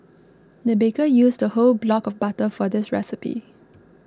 the baker used a whole block of butter for this recipe